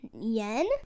yen